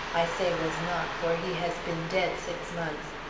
i say was not, for he has been dead six months.